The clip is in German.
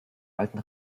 alten